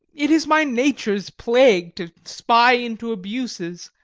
it is my nature's plague to spy into abuses,